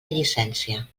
llicència